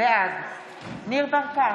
בעד ניר ברקת,